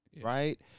right